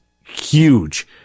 huge